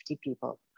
people